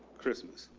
christmas